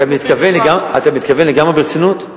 אתה מתכוון לגמרי ברצינות?